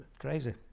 crazy